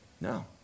No